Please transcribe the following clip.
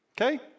Okay